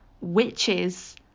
witches